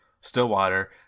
Stillwater